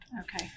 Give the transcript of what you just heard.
Okay